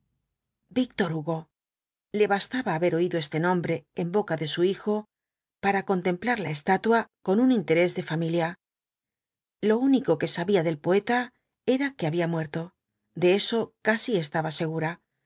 víctor hugo le bastaba haber oído este nombre en boca de su hijo para contemplar la estatua con un interés de familia lo único que sabía del poeta era que había muerto de eso casi estaba segura